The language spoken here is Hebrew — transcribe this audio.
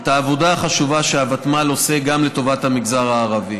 את העבודה החשובה שהוותמ"ל עושה גם לטובת המגזר הערבי.